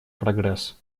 прогресс